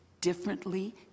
differently